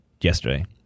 yesterday